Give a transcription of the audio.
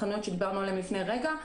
החנויות שהגדרנו לפני רגע,